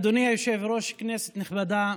אדוני היושב-ראש, כנסת נכבדה,